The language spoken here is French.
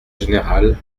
général